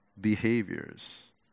behaviors